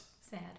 Sad